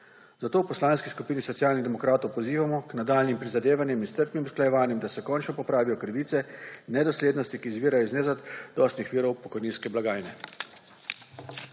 zato v Poslanski skupini Socialnih demokratov pozivamo k nadaljnjim prizadevanjem in strpnim usklajevanjem, da se končno popravijo krivice nedoslednosti, ki izvirajo iz nezadostnih virov pokojninske blagajne.